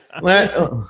let